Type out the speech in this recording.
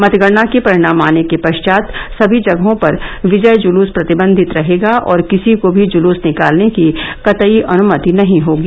मतगणना के परिणाम आने के पश्चात सभी जगहों पर विजय जुलूस प्रतिबंधित रहेगा और किसी को भी जुलूस निकालने की कतई अनुमति नहीं होगी